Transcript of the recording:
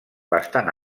bastant